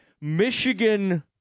Michigan –